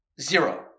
zero